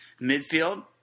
Midfield